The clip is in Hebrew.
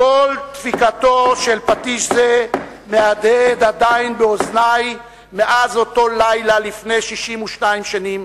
קול דפיקתו של פטיש זה מהדהד עדיין באוזני מאז אותו לילה לפני 62 שנים,